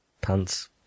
pants